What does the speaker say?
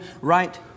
right